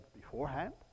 beforehand